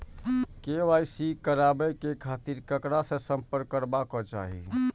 KYC कराबे के खातिर ककरा से संपर्क करबाक चाही?